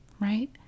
right